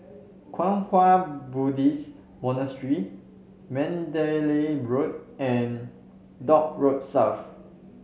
Kwang Hua Buddhist Monastery Mandalay Road and Dock Road South